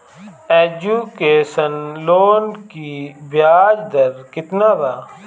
Education loan की ब्याज दर केतना बा?